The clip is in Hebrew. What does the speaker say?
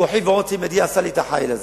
כוחי ועוצם ידי עשה לי החיל הזה,